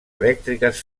elèctriques